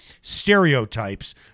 stereotypes